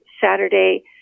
Saturday